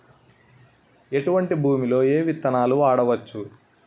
ఎటువంటి భూమిలో ఏ విత్తనాలు వాడవచ్చు?